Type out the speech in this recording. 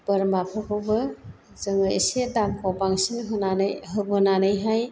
बोरमाफोरखौबो जोङो एसे दामखौ बांसिन होनानै होबोनानैहाय